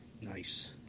Nice